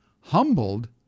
Humbled